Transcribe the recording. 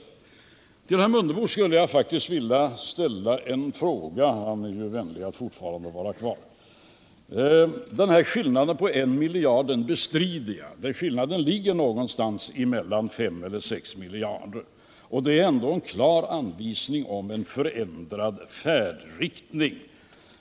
Till herr Mundebo skulle jag faktiskt vilja ställa en fråga — han är ju vänlig att fortfarande vara kvar i kammaren. Skillnaden på 1 miljard bestrider jag; skillnaden ligger någonstans mellan 5 och 6 miljarder, och det är ändå en klar redovisning av en ändrad färdriktning.